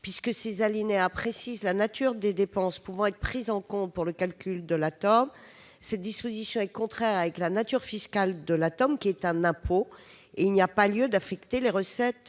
alinéas 4 à 8, qui précisent la nature des dépenses pouvant être prises en compte pour le calcul de la TEOM. Cette disposition est contraire à la nature fiscale de la TEOM, qui est un impôt ; il n'y a donc pas lieu d'affecter les recettes